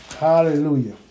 Hallelujah